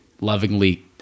lovingly